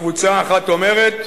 הקבוצה האחת אומרת: